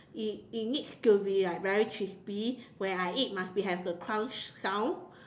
it it needs to be like very crispy when I eat must be have the crunch sound